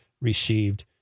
received